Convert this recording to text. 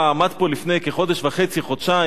עמד פה לפני כחודש וחצי, חודשיים,